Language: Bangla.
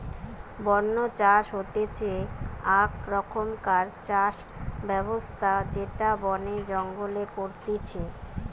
বন্য চাষ হতিছে আক রকমকার চাষ ব্যবস্থা যেটা বনে জঙ্গলে করতিছে